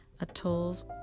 atolls